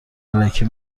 الکی